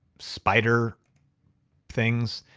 spider things.